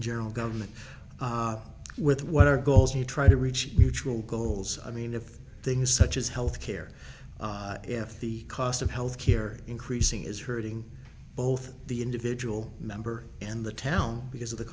general government with what our goals you try to reach mutual goals i mean if things such as health care if the cost of health care increasing is hurting both the individual member and the town because of the